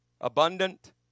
abundant